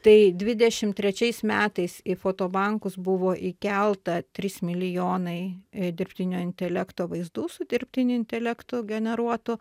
tai dvidešimt trečiais metais į fotobankus buvo įkelta trys milijonai dirbtinio intelekto vaizdų su dirbtiniu intelektu generuotų